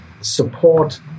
support